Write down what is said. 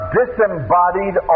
disembodied